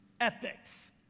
ethics